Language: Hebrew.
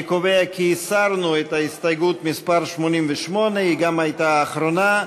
אני קובע כי הסרנו את ההסתייגות מס' 88. היא גם הייתה האחרונה.